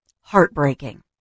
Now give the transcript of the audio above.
Heartbreaking